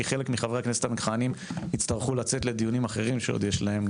חלק מחברי הכנסת המכהנים יצטרכו לצאת לדיונים אחרים שעוד יש להם,